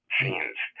scenes